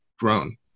grown